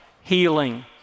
healing